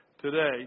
today